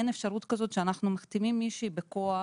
אין אפשרות כזאת שאנחנו מחתימים מישהי בכוח,